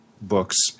books